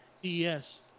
Yes